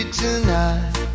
tonight